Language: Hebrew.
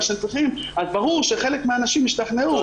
שהם צריכים ברור שחלק מהאנשים משתכנעים.